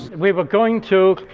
we were going to.